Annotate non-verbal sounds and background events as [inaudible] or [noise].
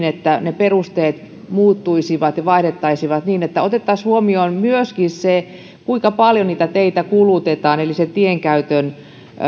[unintelligible] että ne perusteet muuttuisivat että vaihdettaisiin niin että otettaisiin huomioon myöskin se kuinka paljon niitä teitä kulutetaan eli tien käytön